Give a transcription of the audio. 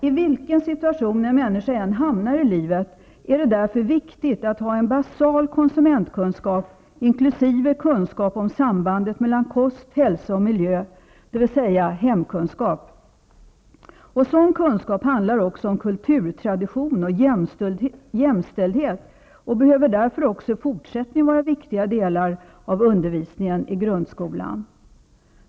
I vilken situation en människa än hamnar i livet är det därför viktigt att ha en basal konsumentkunskap, inkl. kunskap om sambandet mellan kost, hälsa och miljö, dvs. hemkunskap. Sådan kunskap handlar också om kulturtradition och jämställdhet, och behöver därför också i fortsättningen vara en viktig del av undervisningen i grundskolan.